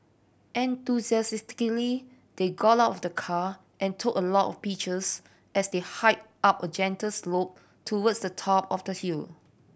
enthusiastically they got out of the car and took a lot of pictures as they hiked up a gentle slope towards the top of the hill